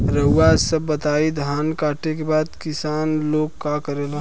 रउआ सभ बताई धान कांटेके बाद किसान लोग का करेला?